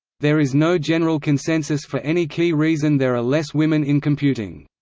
there is no general consensus for any key reason there are less women in computing.